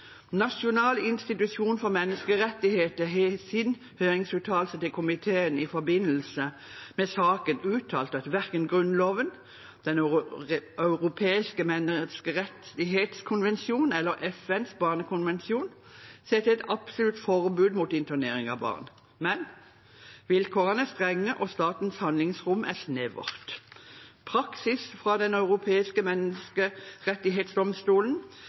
Nasjonal institusjon for menneskerettigheter har i sin høringsuttalelse til komiteen i forbindelse med saken uttalt at verken Grunnloven, Den europeiske menneskerettskonvensjonen eller FNs barnekonvensjon setter et absolutt forbud mot internering av barn, men vilkårene er strenge, og statens handlingsrom er snevert. Praksis fra Den europeiske menneskerettighetsdomstolen